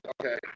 Okay